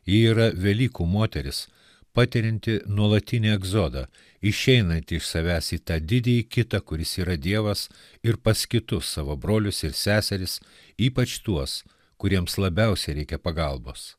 yra velykų moteris patirianti nuolatinį egzodą išeinantį iš savęs į tą didįjį kitą kuris yra dievas ir pas kitus savo brolius ir seseris ypač tuos kuriems labiausiai reikia pagalbos